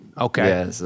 Okay